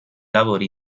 lavori